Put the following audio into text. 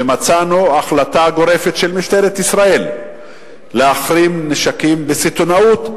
ומצאנו החלטה גורפת של משטרת ישראל להחרים נשקים בסיטונאות,